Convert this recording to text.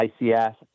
ICS